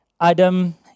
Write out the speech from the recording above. Adam